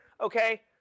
Okay